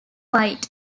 white